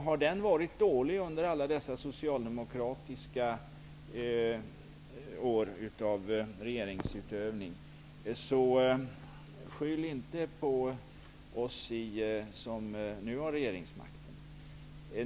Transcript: Har den varit dålig under alla dessa socialdemokratiska år av regeringsutövning, så skyll inte på oss som nu har regeringsmakten.